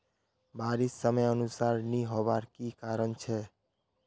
बारिश समयानुसार नी होबार की कारण छे?